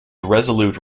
resolute